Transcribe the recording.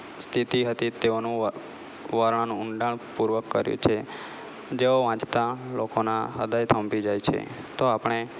સ્થિતિ હતી તેનું વર્ણન ઊંડાણપૂર્વક કર્યુ છે જે વાંચતાં લોકોના હૃદય થંભી જાય છે તો આપણે